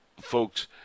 Folks